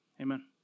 Amen